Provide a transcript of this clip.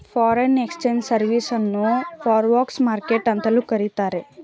foreign exchange service ಅನ್ನು forex market ಅಂತಲೂ ಕರಿತಾರೆ